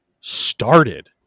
started